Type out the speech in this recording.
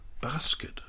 basket